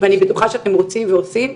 ואני בטוחה שאתם רוצים ועושים,